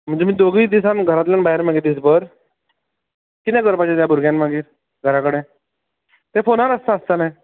म्हणजे तुमी दोगूय दिसान घरांतल्यान भायर मगे दिसभर कितें करपाचे त्या भुरग्यान मागीर घरा कडेन ते फोनार आसता आसतलें